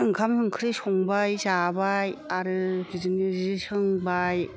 ओंखाम ओंख्रै संबाय जाबाय आरो बिदिनो जि सोंबाय